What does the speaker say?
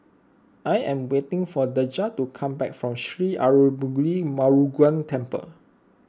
I am waiting for Deja to come back from Sri Arulmigu Murugan Temple